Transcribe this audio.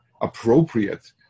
appropriate